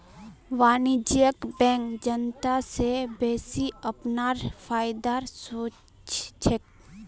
वाणिज्यिक बैंक जनता स बेसि अपनार फायदार सोच छेक